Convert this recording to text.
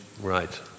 Right